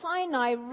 sinai